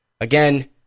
Again